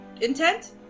Intent